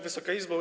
Wysoka Izbo!